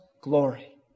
glory